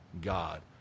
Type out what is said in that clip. God